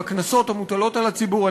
בקנסות המוטלים על הציבור.